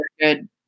good